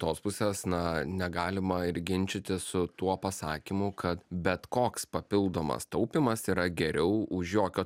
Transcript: tos pusės na negalima ir ginčytis su tuo pasakymu kad bet koks papildomas taupymas yra geriau už jokio